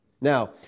Now